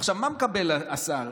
עכשיו, מה מקבל השר